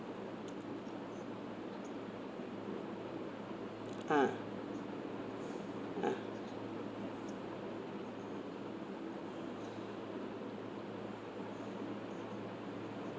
ah ah